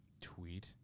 tweet